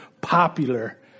popular